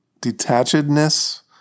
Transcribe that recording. detachedness